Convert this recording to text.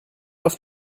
auf